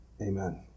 Amen